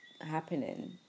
happening